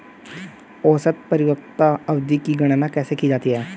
औसत परिपक्वता अवधि की गणना कैसे की जाती है?